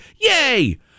Yay